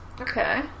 Okay